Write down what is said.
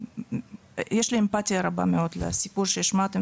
יש לי אמפתיה רבה מאוד לסיפור שהשמעתם